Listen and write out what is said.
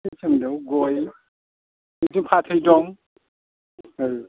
फिथाइ सामथायाव गय बिदि फाथै दं